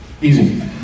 Easy